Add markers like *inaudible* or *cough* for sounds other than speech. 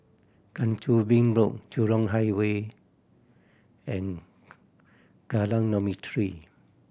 Kang Choo Bin Road Jurong Highway and *unintelligible* Kallang Dormitory